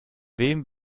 wem